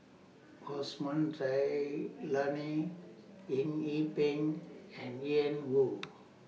Osman Zailani Eng Yee Peng and Ian Woo